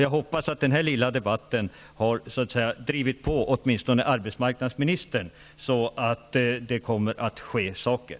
Jag hoppas att den här lilla debatten har drivit på åtminstone arbetsmarknadsministern så att det kommer att ske saker.